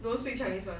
don't speak chinese [one]